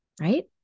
right